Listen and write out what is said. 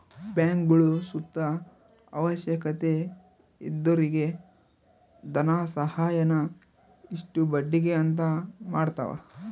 ಬ್ಯಾಂಕ್ಗುಳು ಸುತ ಅವಶ್ಯಕತೆ ಇದ್ದೊರಿಗೆ ಧನಸಹಾಯಾನ ಇಷ್ಟು ಬಡ್ಡಿಗೆ ಅಂತ ಮಾಡತವ